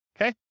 Okay